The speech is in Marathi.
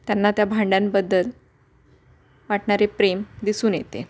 त्यांना त्या भांड्यांबद्दल वाटणारे प्रेम दिसून येते